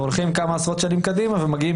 כמה עשרות שנים קדימה אנחנו מגיעים